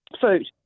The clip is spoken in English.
food